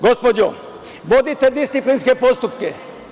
Gospođo, vodite disciplinske postupke.